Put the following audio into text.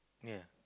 ya